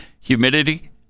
humidity